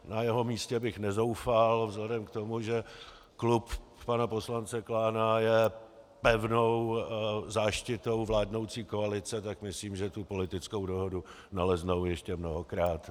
Na jeho místě bych nezoufal vzhledem k tomu, že klub pana poslance Klána je pevnou záštitou vládnoucí koalice, tak myslím, že tu politickou dohodu naleznou ještě mnohokrát.